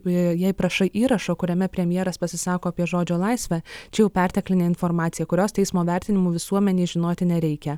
jei prašai įrašo kuriame premjeras pasisako apie žodžio laisvę čia jau perteklinė informacija kurios teismo vertinimu visuomenei žinoti nereikia